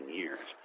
years